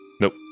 Nope